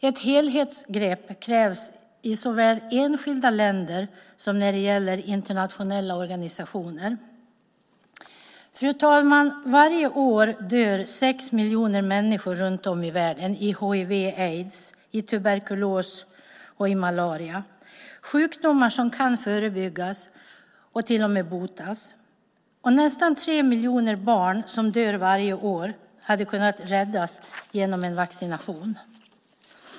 Ett helhetsgrepp krävs såväl i enskilda länder som när det gäller internationella organisationer. Fru talman! Varje år dör sex miljoner människor runt om i världen av hiv/aids, tuberkulos och malaria - sjukdomar som kan förebyggas och till och med botas. Varje år dör nästan tre miljoner barn som hade kunnat räddas genom vaccination.